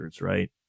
right